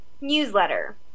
newsletter